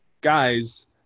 guys